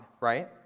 right